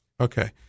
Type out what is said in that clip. Okay